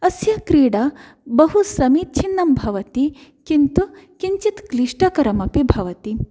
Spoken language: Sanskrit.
अस्य क्रीडा बहु समीचीनं भवति किन्तु किञ्चित् क्लिष्टकरम् अपि भवति